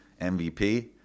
MVP